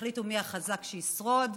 יחליטו מי החזק שישרוד.